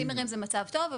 צימרים זה מצב טוב.